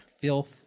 filth